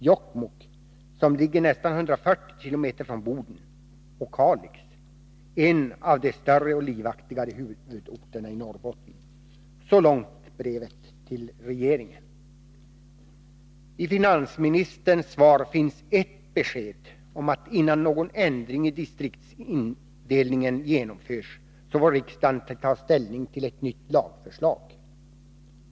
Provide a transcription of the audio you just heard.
Jokkmokk, som ligger nästan 140 kilometer från Boden? Och Kalix — en av de större och livaktigare huvudorterna i Norrbotten?” Så långt brevet till regeringen. I finansministerns svar finns ett besked om att innan någon ändring i distriktsindelningen genomförs får riksdagen ta ställning till ett nytt lagförslag.